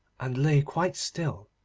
and lay quite still.